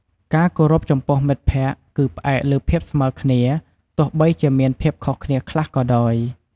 ការគោរពចំពោះមិត្តភក្តិគឺផ្អែកលើភាពស្មើគ្នា ទោះបីជាមានភាពខុសគ្នាខ្លះក៏ដោយ។